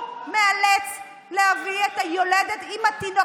הוא מאלץ להביא את היולדת עם התינוק.